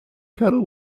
cattle